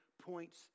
points